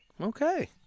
Okay